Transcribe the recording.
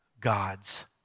God's